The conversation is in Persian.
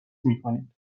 میکنید